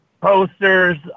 posters